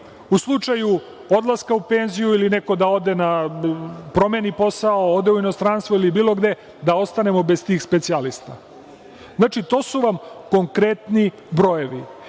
u slučaju odlaska u penziju ili neko da ode, da promeni posao, ode u inostranstvo ili bilo gde, da ostanemo bez tih specijalista. Znači, to su nam konkretni brojevi. Ono